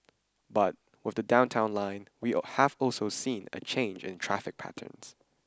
but with the Downtown Line we all have also seen a change in traffic patterns